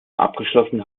abgeschlossen